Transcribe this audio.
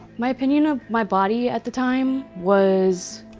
my opinion of my body at the time was